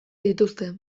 dituzte